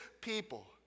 people